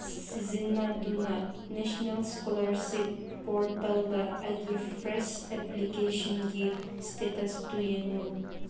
ꯁꯤꯖꯤꯟꯅꯗꯨꯅ national scholarship ꯄꯣꯔꯇꯦꯜꯗ ꯑꯩꯒꯤ ꯐ꯭ꯔꯦꯁ ꯑꯦꯄ꯭ꯂꯤꯀꯦꯁꯟꯒꯤ ꯏꯁꯇꯦꯇꯁꯇꯨ ꯌꯦꯡꯉꯨ